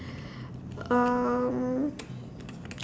um